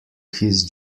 his